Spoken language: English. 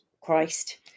Christ